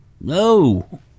No